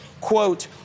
quote